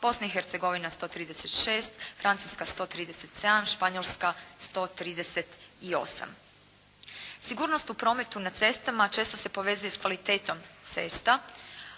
Bosna i Hercegovina 136, Francuska 137, Španjolska 138. Sigurnost u prometu na cestama često se povezuje s kvalitetom cesta